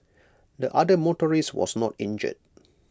the other motorist was not injured